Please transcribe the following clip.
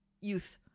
youth